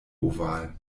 oval